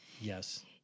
Yes